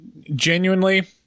genuinely